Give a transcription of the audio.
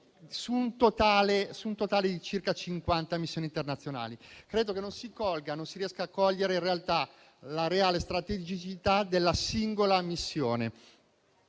per un totale di circa cinquanta missioni internazionali. Credo che non si riesca a cogliere in realtà la reale strategicità della singola missione.